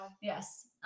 yes